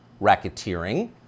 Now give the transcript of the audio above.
Racketeering